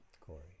Corey